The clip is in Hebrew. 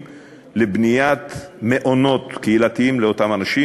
לבניית מעונות קהילתיים לאותם אנשים.